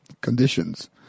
conditions